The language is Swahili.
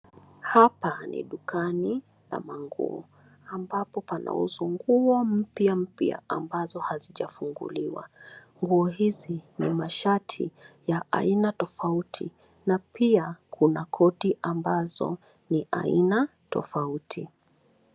Hapa ni dukani la manguo, ambapo pana uzwa nguo mpya mpya ambazo hazijafunguliwa. Nguo hizi ni masharti ya aina tofauti na pia kuna koti ambazo ni aina tofauti.